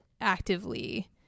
actively